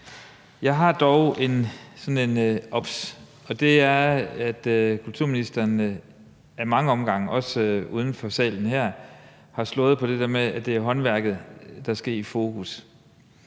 andet sådan et obs, og det er, at kulturministeren ad mange omgange, også uden for salen her, har slået på det der med, at det er håndværket, der skal i fokus.